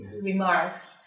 remarks